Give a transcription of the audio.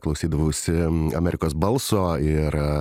klausydavausi amerikos balso ir